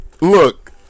Look